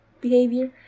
behavior